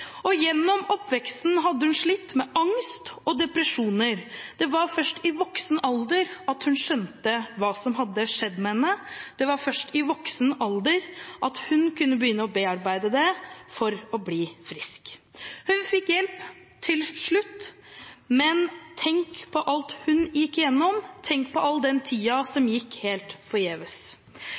det. Gjennom oppveksten hadde hun slitt med angst og depresjoner. Det var først i voksen alder hun skjønte hva som hadde skjedd med henne. Det var først i voksen alder hun kunne begynne å bearbeide det for å bli frisk. Hun fikk hjelp til slutt, men tenk på alt hun gikk gjennom, og tenk på all den tiden som gikk – helt forgjeves.